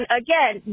again